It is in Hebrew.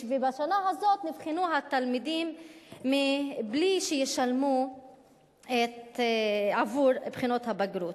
בשנה הזאת נבחנו התלמידים בלי לשלם בעבור בחינות הבגרות,